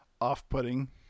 off-putting